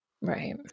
Right